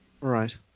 Right